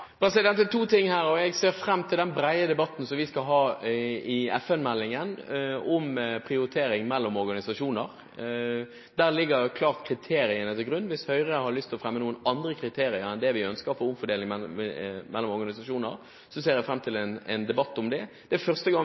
Det er to ting her. Jeg ser frem til den brede debatten som vi skal ha i FN-meldingen om prioritering mellom organisasjoner. Der ligger klart kriteriene til grunn. Hvis Høyre har lyst til å fremme noen andre kriterier enn det vi ønsker for omfordeling mellom organisasjoner, ser jeg fram til en debatt om det. Det er første gang